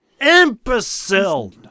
Imbecile